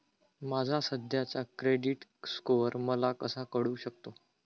माझा सध्याचा credit score मला कसा कळू शकतो?